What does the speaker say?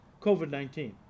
COVID-19